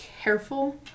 careful